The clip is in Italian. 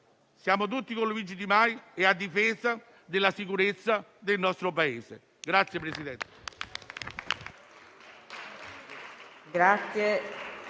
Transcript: Siamo tutti con Luigi Di Maio e a difesa della sicurezza del nostro Paese.